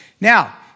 Now